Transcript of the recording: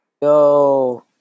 yo